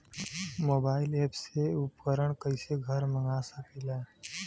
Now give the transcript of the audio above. Mobile ऐपसे खेती के उपकरण कइसे घर मगा सकीला?